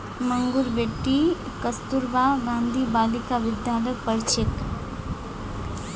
मंगूर बेटी कस्तूरबा गांधी बालिका विद्यालयत पढ़ छेक